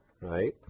right